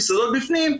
מסעדות בפנים,